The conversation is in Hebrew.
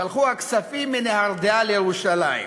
שלחו הכספים מנהרדעא לירושלים".